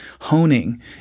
honing